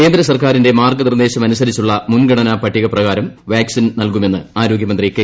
കേന്ദ്രസർക്കാരിന്റെ മാർഗനിർദ്ദേശമനുസരിച്ചുള്ള മുൻഗണൂർ പിട്ടിക പ്രകാരം വാക്സിൻ നല്കുമെന്ന് ആരോഗ്യമന്ത്രി കെ